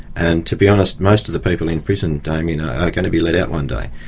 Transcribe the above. and to be honest, most of the people in prison, damien, are going to be let out one day,